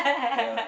ya